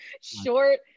short